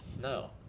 No